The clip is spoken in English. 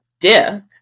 death